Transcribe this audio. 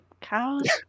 Cows